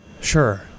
Sure